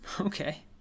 okay